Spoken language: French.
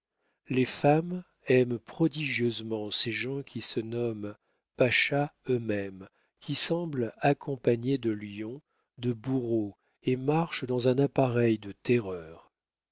les femmes aiment prodigieusement ces gens qui se nomment pachas eux-mêmes qui semblent accompagnés de lions de bourreaux et marchent dans un appareil de terreur